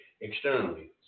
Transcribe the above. externally